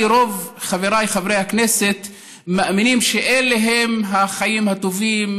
רוב חבריי חברי הכנסת מאמינים שאלה הם החיים הטובים,